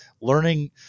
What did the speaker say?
learning